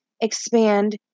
expand